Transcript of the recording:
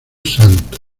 santo